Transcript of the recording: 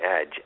edge